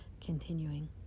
continuing